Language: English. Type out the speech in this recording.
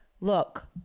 look